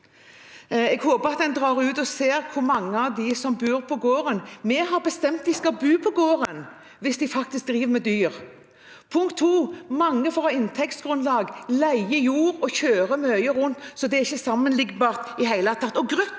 Jeg håper at man drar ut og ser hvor mange av dem som bor på gården. Vi har bestemt at de skal bo på gården hvis de faktisk driver med dyr. Punkt 2: For å ha inntektsgrunnlag leier mange jord, og de kjører mye rundt, så det er ikke sammenlignbart i det hele tatt.